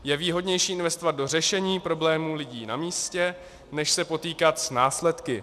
Je výhodnější investovat do řešení problémů lidí na místě než se potýkat s následky.